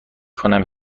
کنم